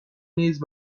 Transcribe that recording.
نیز